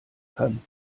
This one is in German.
kann